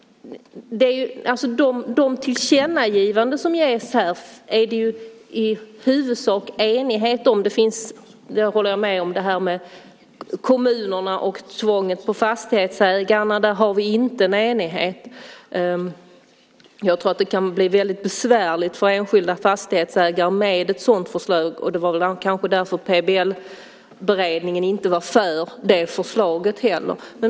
De tillkännagivanden som ges här är det i huvudsak enighet om. Jag håller med om det här med kommunerna och tvånget för fastighetsägarna, att där har vi inte en enighet. Jag tror att det kan bli väldigt besvärligt för enskilda fastighetsägare med ett sådant förslag, och det kanske var därför PBL-beredningen inte var för det förslaget.